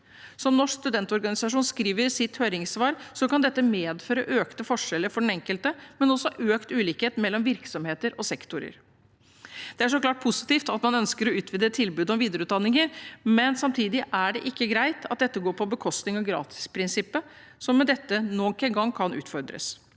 Norsk Studentorganisasjon skriver i sitt høringssvar, kan dette medføre økte forskjeller for den enkelte, men også økt ulikhet mellom virksomheter og sektorer. Det er så klart positivt at man ønsker å utvide tilbudet om videreutdanninger, men samtidig er det ikke greit at dette går på bekostning av gratisprinsippet som med dette nok engang kan utfordres.